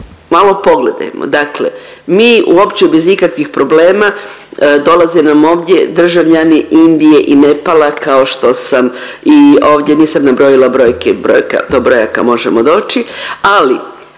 malo pogledajmo, dakle mi uopće bez ikakvih problema dolaze nam ovdje državljani Indije i Nepala kao što sam i ovdje nisam brojila brojke i brojke, do brojaka možemo doći, ali